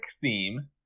theme